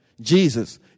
Jesus